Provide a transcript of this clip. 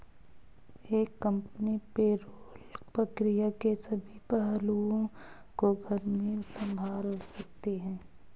एक company payroll प्रक्रिया के सभी पहलुओं को घर में संभाल सकती है